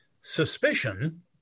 suspicion